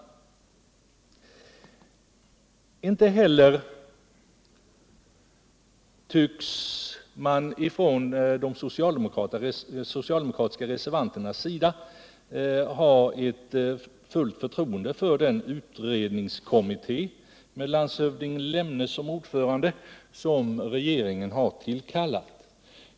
Inte heller tycks de socialdemokratiska reservanterna ha fullt förtroende för den utredningskommitté med landshövding Mats Lemne som ordförande, som regeringen har tillkallat.